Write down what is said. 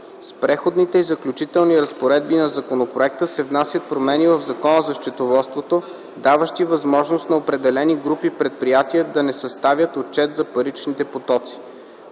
С Преходните и заключителни разпоредби на законопроекта се внасят промени в Закона за счетоводството, даващи възможност на определени групи предприятия да не съставят отчет за паричните потоци.